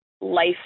life